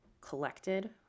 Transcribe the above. collected